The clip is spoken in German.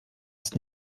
dass